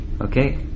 Okay